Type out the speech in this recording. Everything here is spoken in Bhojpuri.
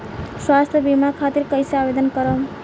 स्वास्थ्य बीमा खातिर कईसे आवेदन करम?